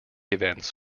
events